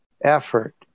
effort